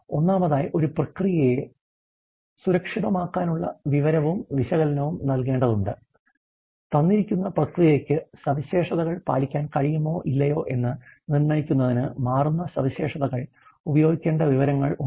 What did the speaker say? ഒന്നാമതായി ഒരു പ്രക്രിയയെ സുരക്ഷിതമാക്കാനുള്ള വിവരവും വിശകലനവും നൽകേണ്ടതുണ്ട് തന്നിരിക്കുന്ന പ്രക്രിയയ്ക്ക് സവിശേഷതകൾ പാലിക്കാൻ കഴിയുമോ ഇല്ലയോ എന്ന് നിർണ്ണയിക്കുന്നതിന് മാറുന്ന സവിശേഷതകൾ ഉപയോഗിക്കേണ്ട വിവരങ്ങൾ ഉണ്ട്